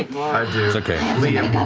it's okay. liam